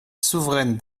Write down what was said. souveraine